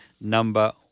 number